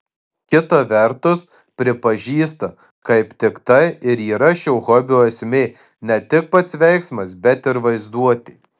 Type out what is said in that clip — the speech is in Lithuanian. kita vertus pripažįsta kaip tik tai ir yra šio hobio esmė ne tik pats veiksmas bet ir vaizduotė